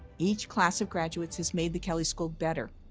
each class of graduates has made the kelley school better.